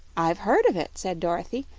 i've heard of it, said dorothy,